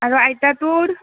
আৰু আইতাটোৰ